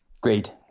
Great